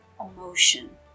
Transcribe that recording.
emotion